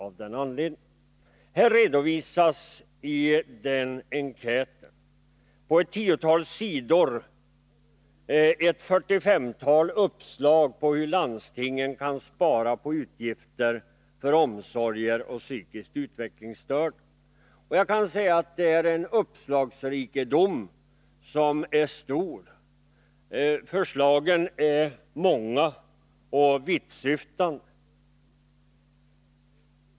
På ett tiotal sidor redovisas omkring 45 uppslag hur landstingen kan spara på utgifterna för omsorger om psykiskt utvecklingsstörda. Uppslagsrikedomen är stor, förslagen är många och vittsyftande.